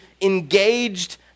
engaged